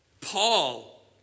Paul